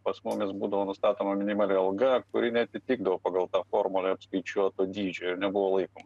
pas mumis būdavo nustatoma minimali alga kuri neatitikdavo pagal formulę apskaičiuotų dydžių ir nebuvo laiko